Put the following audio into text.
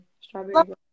strawberry